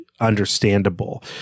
understandable